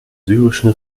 syrischen